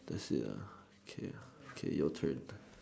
ya okay okay your turn